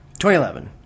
2011